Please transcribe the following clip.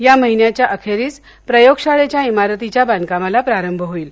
या महिन्याच्या अखेरीस प्रयोगशाळेच्या इमारतीच्या बांधकामाला प्रारंभ होईल